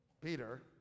Peter